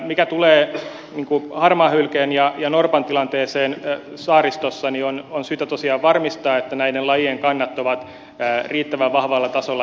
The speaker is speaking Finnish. mitä tulee harmaahylkeen ja norpan tilanteeseen saaristossa niin on syytä tosiaan varmistaa että näiden lajien kannat ovat riittävän vahvalla tasolla ekologisesti